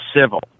civil